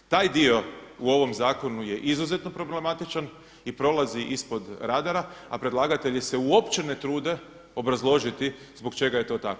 Taj dio u ovom zakonu je izuzetno problematičan i prolazi ispod radara, a predlagatelji se uopće ne trude obrazložiti zbog čega je to tako.